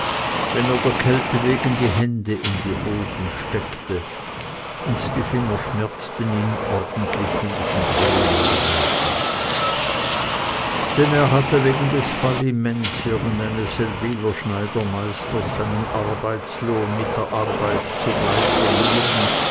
wenn er der kälte wegen die hände in die hosen steckte und die finger schmerzten ihn ordentlich von diesem drehen und reiben denn er hatte wegen des falliments irgendeines seldwyler schneidermeisters seinen arbeitslohn mit der arbeit zugleich verlieren